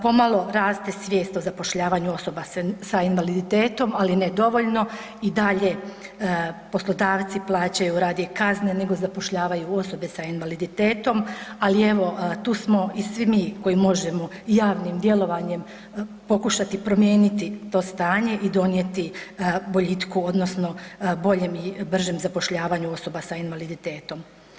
Pomalo raste svijest o zapošljavanju osoba sa invaliditetom ali ne dovoljno, i dalje poslodavci plaćaju radije kazne nego zapošljavaju osobe sa invaliditetom ali evo, tu smo i svi mi koji možemo javnim djelovanjem pokušati promijeniti to stanje i donijeti boljitku odnosno boljem i bržem zapošljavanju osoba sa invaliditetom.